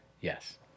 Yes